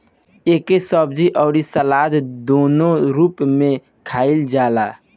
एके सब्जी अउरी सलाद दूनो रूप में खाईल जाला